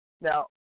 Now